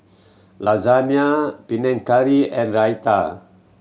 Lasagna Panang Curry and Raita